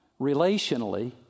relationally